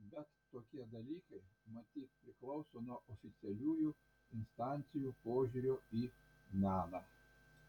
bet tokie dalykai matyt priklauso nuo oficialiųjų instancijų požiūrio į meną